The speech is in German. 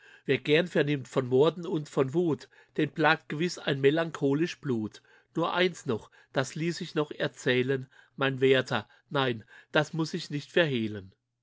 wer gern vernimmt von morden und von wut den plagt gewiß ein melancholisch blut nur eines noch das ließ sich noch erzählen mein werter nein das muß ich nicht verhehlen